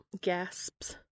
Gasps